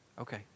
Okay